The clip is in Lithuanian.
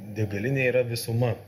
degalinė yra visuma